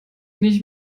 nicht